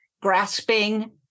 grasping